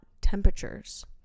temperatures